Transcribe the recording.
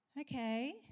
Okay